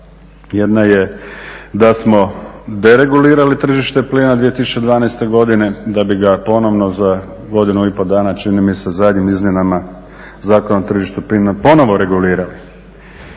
jedna je da smo deregulirali tržište plina 2012. godine da bi ga ponovno za godinu i po dana čini mi se zadnjim izmjenama Zakona o tržištu plina ponovno regulirali.